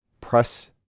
press